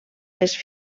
les